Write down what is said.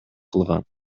кылган